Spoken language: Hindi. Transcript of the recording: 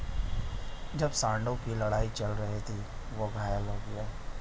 जब सांडों की लड़ाई चल रही थी, वह घायल हो गया